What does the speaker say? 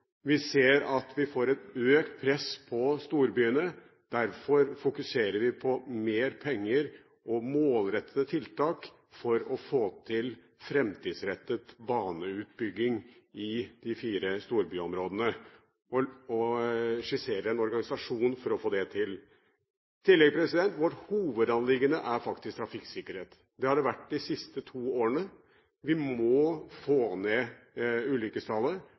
Vi ser at vi får et økt press på storbyene, derfor fokuserer vi på mer penger og målrettede tiltak for å få til fremtidsrettet baneutbygging i de fire storbyområdene, og skisserer en organisasjon for å få det til. I tillegg: Vårt hovedanliggende er faktisk trafikksikkerhet. Det har det vært de siste to årene. Vi må få ned ulykkestallet